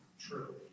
true